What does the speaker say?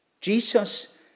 Jesus